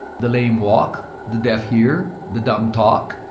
the lame walk. the deaf hear. the dumb talk.